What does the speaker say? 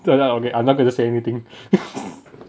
turn out okay I'm not going to say anything